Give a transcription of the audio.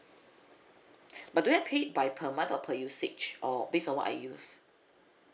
but do I pay it by per month or per usage or based on what I used